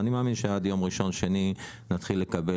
אבל אני מאמין שעד יום ראשון-שני נתחיל לקבל